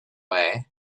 way